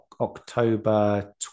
October